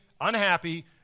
unhappy